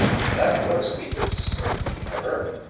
that was weakness for her.